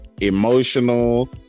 emotional